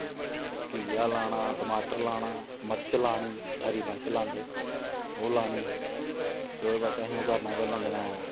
घिया लाना टमाटर लाना मर्च लानी हरी मर्च लांदे ओह् लानी ओह्दे बाद च असें ओह् करना केह् लांदे न